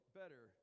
better